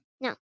No